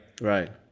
Right